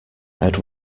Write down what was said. head